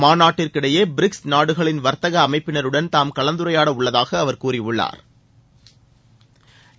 மாநாட்டிற்கிடையே BRICS நாடுகளின் வர்த்தக அமைப்பினருடன் தாம் கலந்துரையாட உள்ளதாக அவர் கூறியுள்ளா்